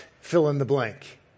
fill-in-the-blank